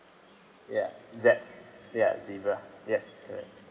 ya Z ya zebra yes correct